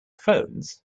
phones